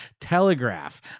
telegraph